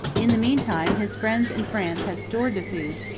in the meantime, his friends in france had stored the food,